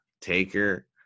Taker